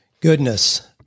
goodness